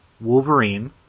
Wolverine